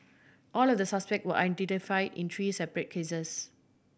all of the suspect were identify in three separate cases